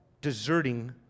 deserting